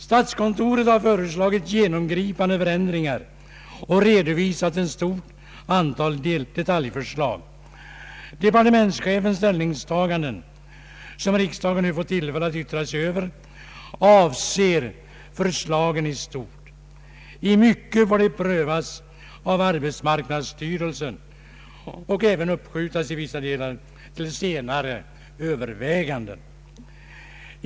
Statskontoret har föreslagit genomgripande förändringar och redovisar ett stort antal detaljföreslag. Departementschefens ställningstaganden — som riksdagen nu fått tillfälle att yttra sig över — avser förslagen i stort. I mycket får de prövas av arbetsmarknadsstyrelsen och även i vissa delar uppskjutas till senare överväganden.